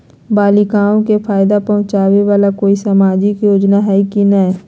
बालिकाओं के फ़ायदा पहुँचाबे वाला कोई सामाजिक योजना हइ की नय?